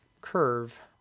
curve